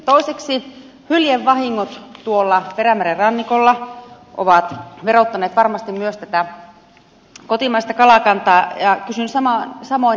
toiseksi hyljevahingot tuolla perämeren rannikolla ovat verottaneet varmasti myös tätä kotimaista kalakantaa ja kysyn samoin